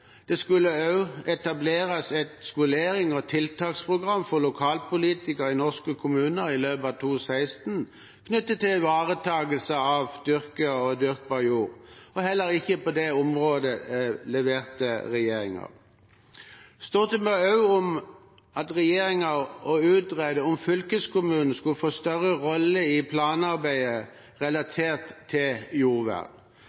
Det skulle også etableres et skolerings- og tiltaksprogram for lokalpolitikere i norske kommuner i løpet av 2016 knyttet til ivaretakelse av dyrket og dyrkbar jord. Heller ikke på det området leverte regjeringen. Stortinget ba også regjeringen om å utrede om fylkeskommunen skulle få en større rolle i planarbeidet